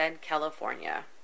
California